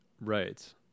Right